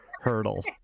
hurdle